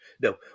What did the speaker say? no